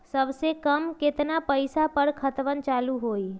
सबसे कम केतना पईसा पर खतवन चालु होई?